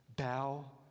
Bow